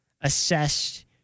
assessed